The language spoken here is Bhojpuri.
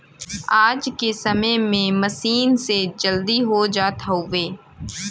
आज के समय में मसीन से जल्दी हो जात हउवे